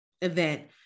event